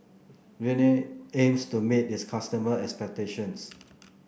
Rene aims to meet its customer expectations